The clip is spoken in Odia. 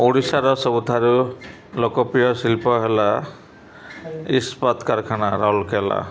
ଓଡ଼ିଶାର ସବୁଠାରୁ ଲୋକପ୍ରିୟ ଶିଳ୍ପ ହେଲା ଇସ୍ପାତ କାରଖାନା ରାଉରକେଲା